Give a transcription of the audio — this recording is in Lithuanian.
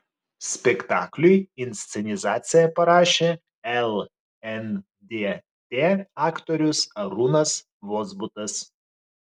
spektakliui inscenizaciją parašė lndt aktorius arūnas vozbutas